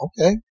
Okay